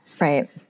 right